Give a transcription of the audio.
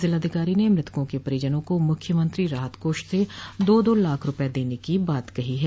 जिलाधिकारी ने मृतकों के परिजनों को मुख्यमंत्री राहत कोष से दो दो लाख रूपये देने की बात कही है